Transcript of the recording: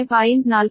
413 p